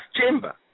chamber